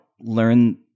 learn